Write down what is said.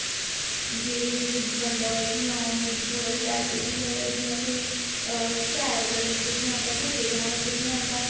जेह्दे बिच्च बंदा होए कि हां हून मिगी थोह्ड़ा रिलैक्सेशन चाहिदा ऐ जियां कोई सैर करन चली जंदा कुत्ते घूमान चली जंदा